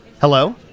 hello